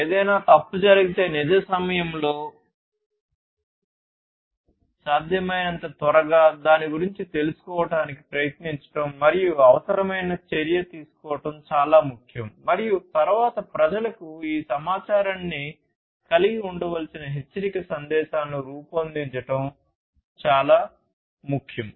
ఏదైనా తప్పు జరిగితే నిజ సమయంలో సాధ్యమైనంత త్వరగా దాని గురించి తెలుసుకోవడానికి ప్రయత్నించడం మరియు అవసరమైన చర్య తీసుకోవడం చాలా ముఖ్యం మరియు తరువాత ప్రజలకు ఈ సమాచారాన్ని కలిగి ఉండవలసిన హెచ్చరిక సందేశాలను రూపొందించడం చాలా ముఖ్యం